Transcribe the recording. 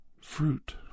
fruit